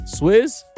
Swizz